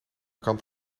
kant